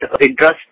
interest